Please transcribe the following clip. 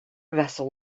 vessel